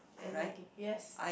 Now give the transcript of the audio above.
exactly yes